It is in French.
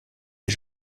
des